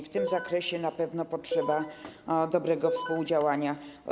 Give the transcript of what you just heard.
W tym zakresie na pewno potrzeba dobrego współdziałania.